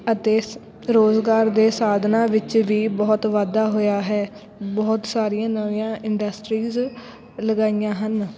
ਅਤੇ ਸ ਰੁਜ਼ਗਾਰ ਦੇ ਸਾਧਨਾਂ ਵਿੱਚ ਵੀ ਬਹੁਤ ਵਾਧਾ ਹੋਇਆ ਹੈ ਬਹੁਤ ਸਾਰੀਆਂ ਨਵੀਆਂ ਇੰਡਸਟਰੀਜ਼ ਲਗਾਈਆਂ ਹਨ